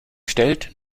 stellt